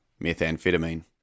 methamphetamine